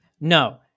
No